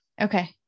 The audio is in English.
okay